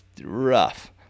rough